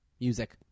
Music